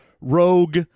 rogue